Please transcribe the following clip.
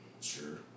Sure